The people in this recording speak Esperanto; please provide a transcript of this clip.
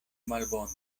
malbone